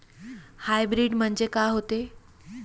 Hybrid म्हनजे का होते?